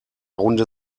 runde